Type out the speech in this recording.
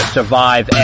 Survive